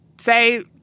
say